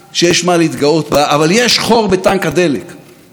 יש תקלה, והתקלה היא המערכת הפוליטית שלנו,